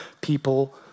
people